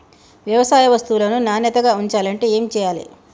వ్యవసాయ వస్తువులను నాణ్యతగా ఉంచాలంటే ఏమి చెయ్యాలే?